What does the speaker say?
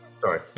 Sorry